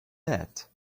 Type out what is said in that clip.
that